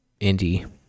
indie